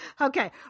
Okay